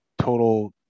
total